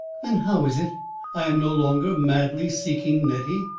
then how is it i am no longer madly seeking nettie?